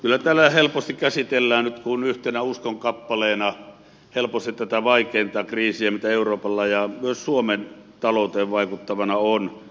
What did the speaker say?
kyllä täällä helposti käsitellään nyt kuin yhtenä uskonkappaleena tätä vaikeinta kriisiä joka euroopalla ja myös suomen talouteen vaikuttavana on